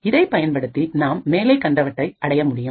இதை பயன்படுத்தி நாம் மேலே கண்டவற்றை அடைய முடியும்